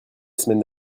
semaine